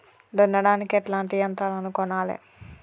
దున్నడానికి ఎట్లాంటి యంత్రాలను కొనాలే?